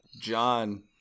John